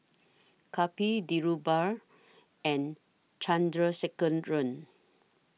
Kapil Dhirubhai and Chandrasekaran